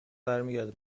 برمیگرده